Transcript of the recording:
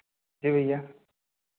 जी भैया